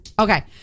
Okay